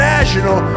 National